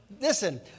Listen